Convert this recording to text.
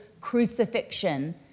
crucifixion